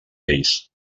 lleis